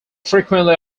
frequently